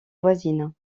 voisine